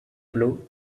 blow